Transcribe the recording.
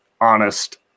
honest